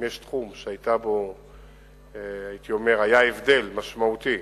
אם יש תחום שהיה בו הבדל משמעותי,